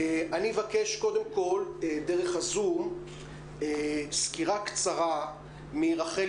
אני אבקש קודם כול דרך הzoom- סקירה קצרה מרחלי